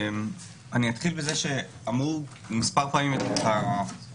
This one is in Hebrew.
אני אתחיל בזה שאמרו מספר פעמים את השם